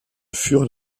furent